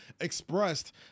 expressed